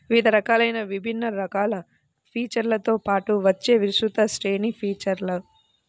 వివిధ రకాలైన విభిన్న రకాల ఫీచర్లతో పాటు వచ్చే విస్తృత శ్రేణి ఫీచర్లు